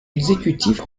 exécutive